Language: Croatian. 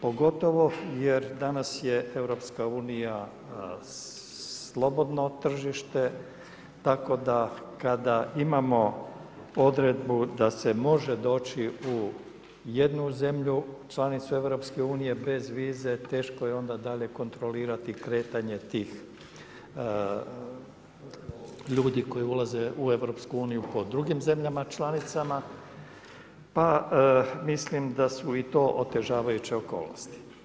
Pogotovo jer danas je EU, slobodno tržište, tako da kada imamo odredbu da se može doći u jednu zemlju članicu EU, bez vize, teško je onda dalje kontrolirati kretanje tih ljudi koji ulaze u EU, po drugim zemljama članicama, pa mislim da su i to otežavajuće okolnosti.